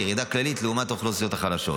ירידה כללית לעומת האוכלוסיות החלשות.